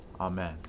Amen